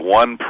one